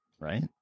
right